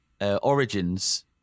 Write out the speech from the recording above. origins